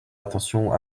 attention